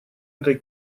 этой